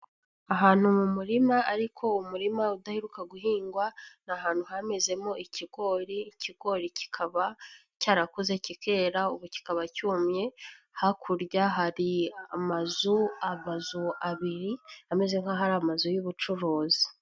Ahantu mu murima ariko umurima udaheruka guhingwa, ni ahantu hamezemo ikigori; ikigori kikaba cyarakuze kikera ubu kikaba cyumye ,hakurya hari amazu; amazu abiri ameze nkaho ari amazu y'ubucuruzi.